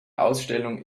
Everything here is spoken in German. ausstellung